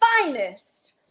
finest